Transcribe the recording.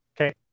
Okay